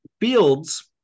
Fields